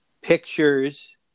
pictures